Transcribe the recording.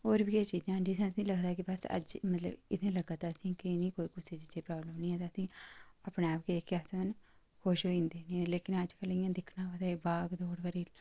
जां होर बी किश चीज़ां जित्थें असेंगी लगदा कि बस अज्ज मतलब इं'या लग्गा दा असें गी कि इ'नें गी कोई कुसै चीज़ै दी प्राॅब्लम निं ऐ ते अपने आप गै जेह्के अस न खुश होई जंदे लेकिन अज्जकल इं'या दिक्खना होऐ ते भागदौड़ भरी लाईफ